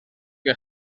que